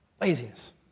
Laziness